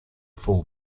full